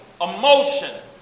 emotion